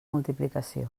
multiplicació